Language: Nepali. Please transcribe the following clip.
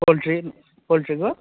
पोल्ट्री पोल्ट्रीको